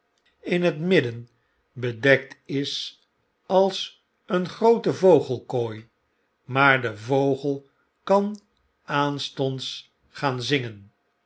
midden bedekt is als een groote vogelkooi maar de vogel kan aanstonds gaan zingen